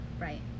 Right